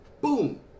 Boom